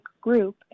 group